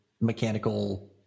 mechanical